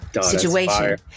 situation